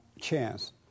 chance